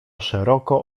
szeroko